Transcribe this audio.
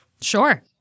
Sure